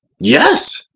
yes,